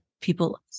people